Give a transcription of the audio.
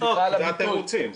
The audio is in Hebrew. סליחה על הביטוי,